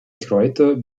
kräuter